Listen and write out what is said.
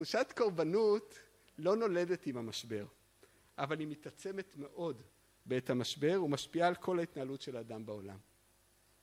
תחושת קורבנות לא נולדת עם המשבר, אבל היא מתעצמת מאוד בעת המשבר, ומשפיעה על כל ההתנהלות של האדם בעולם